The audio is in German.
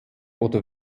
oder